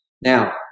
Now